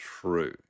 true